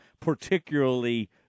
particularly